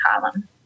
column